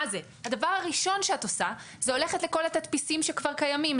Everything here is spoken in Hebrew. מה זה?' הדבר הראשון שאת עושה זה הולכת לכל התדפיסים שכבר קיימים,